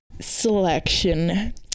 selection